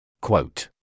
Quote